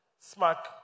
smack